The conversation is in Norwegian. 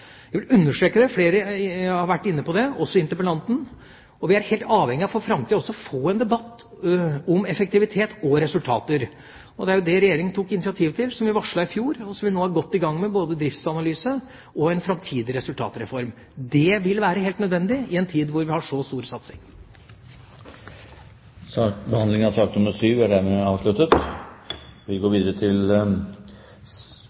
Jeg vil understreke det. Flere har vært inne på det, også interpellanten. For framtida er vi helt avhengige av å få en debatt om effektivitet og resultater. Det tok Regjeringa initiativet til, som vi varslet i fjor, og som vi nå er godt i gang med – både driftsanalyse og en framtidig resultatreform. Det vil være helt nødvendig i en tid hvor vi har så stor satsing. Behandlingen av sak nr. 7 er dermed avsluttet. Vi